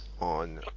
on